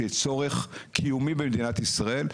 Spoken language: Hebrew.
שהיא צורך קיומי במדינת ישראל,